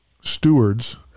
stewards